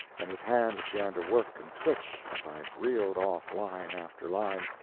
and his hands began to work and twitch, as i reeled off line after line,